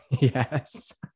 Yes